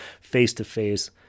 face-to-face